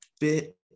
bit